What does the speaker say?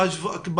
תקינה.